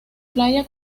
playa